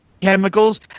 chemicals